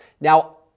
Now